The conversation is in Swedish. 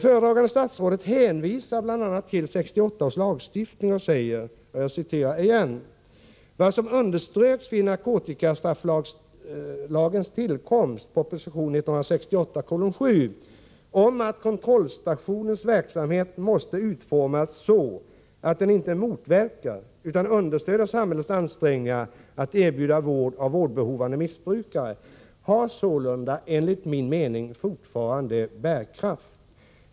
Föredragande statsrådet hänvisar bl.a. till 1968 års lagstiftning och säger: ”Vad som underströks vid narkotikastrafflagens tillkomst om att kontrollorganisationens verksamhet måste utformas så att den inte motverkar utan understöder samhällets ansträngningar att erbjuda vård åt vårdbehövande missbrukare har sålunda, enligt min mening, fortfarande bärkraft.